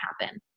happen